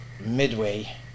midway